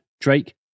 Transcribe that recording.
Drake